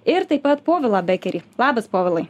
ir taip pat povilą bekerį labas povilai